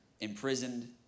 Imprisoned